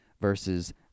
versus